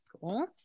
Cool